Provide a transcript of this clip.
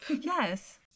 yes